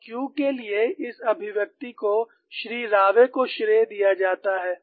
और Q के लिए इस अभिव्यक्ति को श्री रावे को श्रेय दिया जाता है